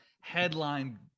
headline